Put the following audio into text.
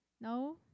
No